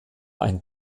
ein